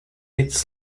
its